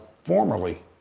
formerly